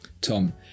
Tom